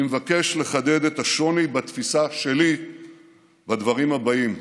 אני מבקש לחדד את השוני בתפיסה שלי בדברים הבאים,